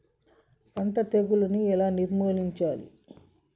పంట తెగులుని ఎలా నిర్మూలించాలి?